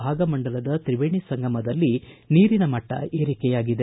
ಭಾಗಮಂಡಲದ ತ್ರೀವೇಣಿ ಸಂಗಮದಲ್ಲಿ ನೀರಿನ ಮಟ್ಟ ಏರಿಕೆಯಾಗಿದೆ